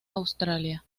australia